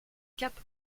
cape